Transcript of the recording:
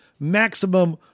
maximum